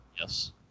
Yes